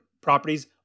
Properties